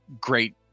great –